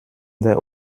der